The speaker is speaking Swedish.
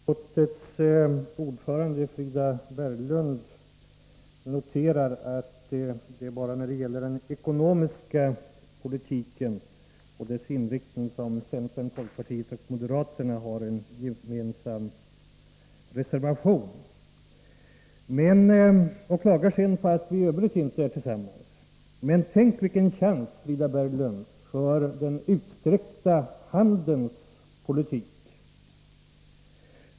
Herr talman! Utskottets ordförande Frida Berglund noterar att det bara är när det gäller den ekonomiska politikens inriktning som centern, folkpartiet och moderaterna har en gemensam reservation, och hon klagar på att vi i Övrigt inte följs åt. Men tänk vilken chans, Frida Berglund, för den utsträckta handens politik!